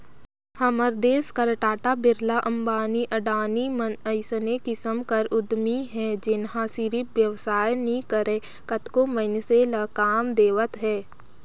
हमर देस कर टाटा, बिरला, अंबानी, अडानी मन अइसने किसिम कर उद्यमी हे जेनहा सिरिफ बेवसाय नी करय कतको मइनसे ल काम देवत हे